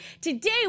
Today